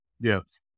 Yes